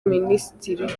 minisitiri